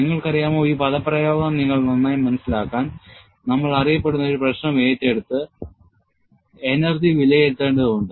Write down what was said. നിങ്ങൾക്കറിയാമോ ഈ പദപ്രയോഗം നിങ്ങൾ നന്നായി മനസിലാക്കാൻ നമ്മൾ അറിയപ്പെടുന്ന ഒരു പ്രശ്നം ഏറ്റെടുത്ത് energy വിലയിരുത്തേണ്ടതുണ്ട്